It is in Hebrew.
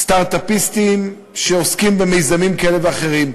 סטרט-אפים שעוסקים במיזמים כאלה ואחרים,